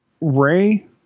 Ray